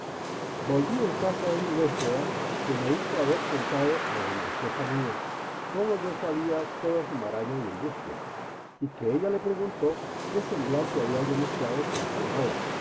volví en casa de mi huéspeda que me dijo haber contado a doña estefanía cómo yo sabía toda su maraña y embuste y que ella le preguntó qué semblante había yo mostrado con tal nueva